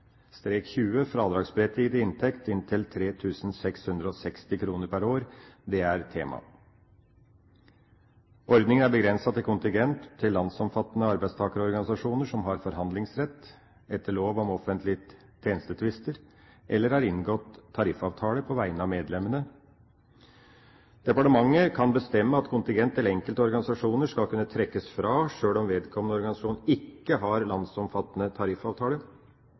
per år – er temaet. Ordningen er begrenset til kontingent til landsomfattende arbeidstakerorganisasjoner som har forhandlingsrett etter lov om offentlige tjenestetvister, eller har inngått tariffavtaler på vegne av medlemmene. Departementet kan bestemme at kontingent til enkeltorganisasjoner skal kunne trekkes fra sjøl om vedkommende organisasjon ikke har landsomfattende tariffavtale.